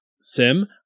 Sim